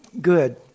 good